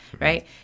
right